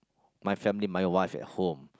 my family my wife at home